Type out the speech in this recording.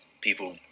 people